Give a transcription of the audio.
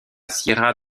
serra